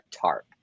tarp